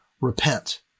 repent